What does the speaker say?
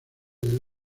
del